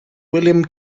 william